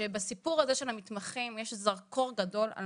שבסיפור הזה של המתמחים יש זרקור גדול על